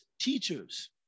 teachers